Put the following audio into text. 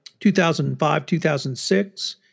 2005-2006